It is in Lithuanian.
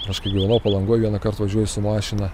aš kai gyvenau palangoj vienąkart važiuoju su mašina